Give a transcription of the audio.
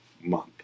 month